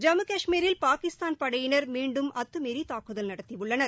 ஜம்மு கஷ்மீரில் பாகிஸ்தான் படையினர் மீண்டும் அத்துமீறி தாக்குதல் நடத்தியுள்ளனர்